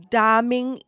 daming